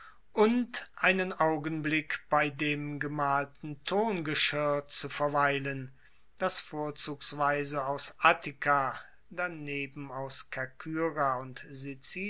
und einen augenblick bei dem gemalten tongeschirr zu verweilen das vorzugsweise aus attika daneben aus kerkyra und